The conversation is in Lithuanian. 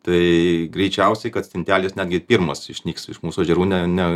tai greičiausiai kad stintelės netgi pirmos išnyks iš mūsų ežerų ne ne